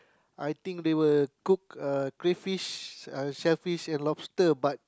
I think they will cook uh crayfish uh shellfish and lobster but